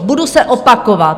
Budu se opakovat.